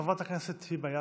חברת הכנסת היבה יזבק,